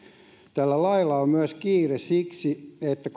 tällä lailla on kiire myös siksi että